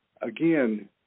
again